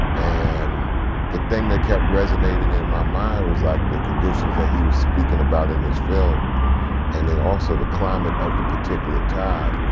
and the thing that kept resonating in my mind was, like, the conditions that he was speaking about in this film and then also the climate of the particular time.